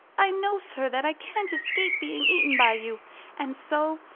i know, sir, that i can't escape being eaten by you and so,